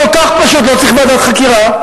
כל כך פשוט ולא צריך ועדת חקירה.